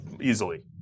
easily